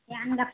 ध्यानु रखु